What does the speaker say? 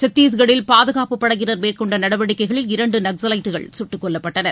சத்தீஸ்கட்டில் பாதுகாப்பு படையினர் மேற்கொண்ட நடவடிக்கைகளில் இரண்டு நக்ஸவைட்டுகள் சுட்டு கொல்லப்பட்டனர்